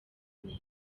neza